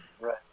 Right